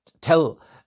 tell